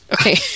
Okay